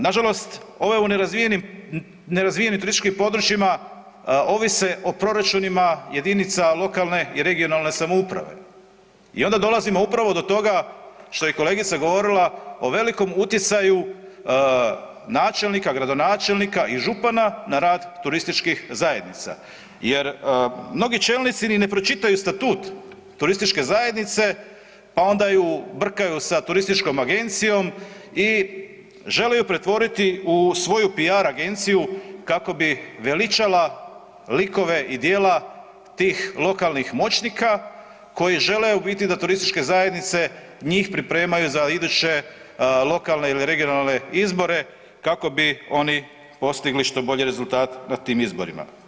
Nažalost, ove u nerazvijenim turističkim područjima ovise o proračunima jedinica lokalne i regionalne samouprave i onda dolazimo upravo do toga što je kolegica govorila, o velikom utjecaju načelnika, gradonačelnika i župana na rad turističkih zajednica jer mnogi čelnici ne pročitaju ni statut turističke zajednice pa onda ju brkaju sa turističkom agencijom i želi ju pretvoriti u svoju PR agenciju kako bi veličala likove i djela tih lokalnih moćnika koji žele u biti da turističke zajednice njih pripremaju za iduće lokalne ili regionalne izbore kako bi oni postigli što bolji rezultat na tim izborima.